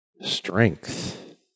strength